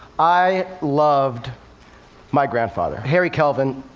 i loved my grandfather. harry kelvin